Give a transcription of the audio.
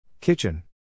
Kitchen